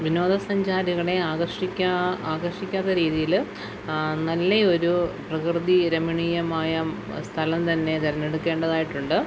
വിനോദസഞ്ചാരികളെ ആകർഷിക്കാൻ ആകർഷിക്കാത്ത രീതിയിൽ നല്ലയൊരു പ്രകൃതി രമണീയമായ സ്ഥലം തന്നെ തിരഞ്ഞെടുക്കേണ്ടതായിട്ടുണ്ട്